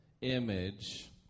image